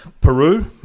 Peru